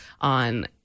on